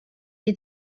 qui